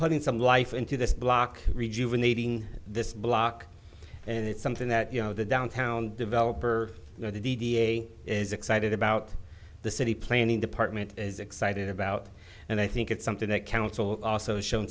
putting some life into this block rejuvenating this block and it's something that you know the downtown developer you know the d d a is excited about the city planning department is excited about and i think it's something that council also shown